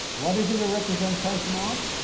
what is it a representation of?